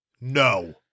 No